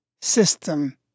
system